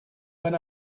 when